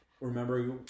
remember